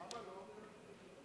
למה לא?